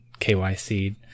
KYC